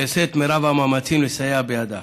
שאעשה את מרב המאמצים לסייע בידה.